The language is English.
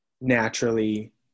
naturally